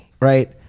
right